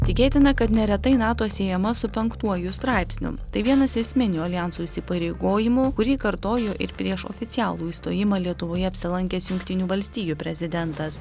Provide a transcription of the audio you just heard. tikėtina kad neretai nato siejama su penktuoju straipsniu tai vienas esminių aljanso įsipareigojimų kurį kartojo ir prieš oficialų įstojimą lietuvoje apsilankęs jungtinių valstijų prezidentas